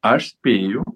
aš spėju